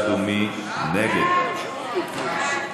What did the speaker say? נא לשבת,